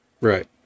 Right